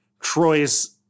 Troy's